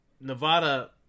Nevada